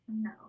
No